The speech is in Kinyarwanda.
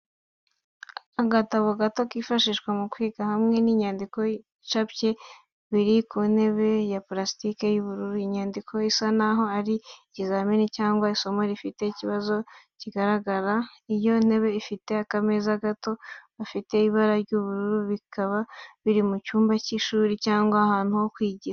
Agatabo gato kifashishwa mu kwiga, hamwe n'inyandiko icapye biri ku ntebe ya purasitike y'ubururu. Iyo nyandiko isa n'aho ari ikizamini cyangwa isomo rifite ikibazo kigaragara. Iyo ntebe ifite akameza gato bifite ibara ry'ubururu, bikaba biri mu cyumba cy'ishuri cyangwa ahantu ho kwigira.